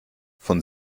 von